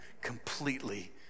completely